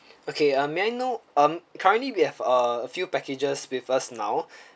okay uh may I know um currently we have err a few packages with us now